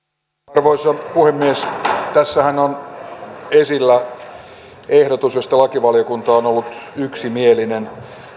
arvoisa puhemies tässähän on esillä ehdotus josta lakivaliokunta on ollut yksimielinen